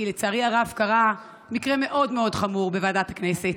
כי לצערי הרב קרה מקרה מאוד מאוד חמור בוועדת הכנסת,